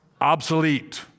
Obsolete